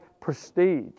prestige